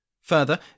Further